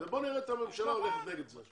ובואו נראה את הממשלה הולכת נגד זה.